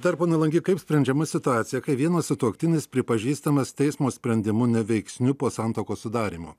tarpu nuolanki kaip sprendžiama situacija kai vienas sutuoktinis pripažįstamas teismo sprendimu neveiksniu po santuokos sudarymo